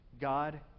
God